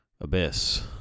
Abyss